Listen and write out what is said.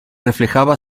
reflejaba